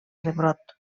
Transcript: rebrot